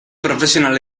profesional